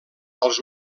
als